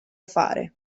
fare